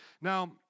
Now